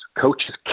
Coaches